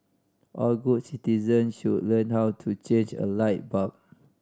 all good citizen should learn how to change a light bulb